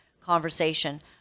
conversation